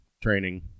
training